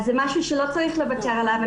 זה משהו שלא צריך לוותר עליו.